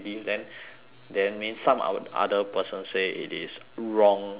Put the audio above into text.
then means some o~ other person say it is wrong to say